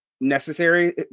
necessary